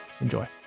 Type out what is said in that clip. Enjoy